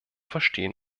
verstehen